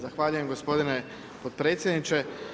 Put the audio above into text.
Zahvaljujem gospodine potpredsjedniče.